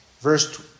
Verse